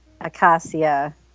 Acacia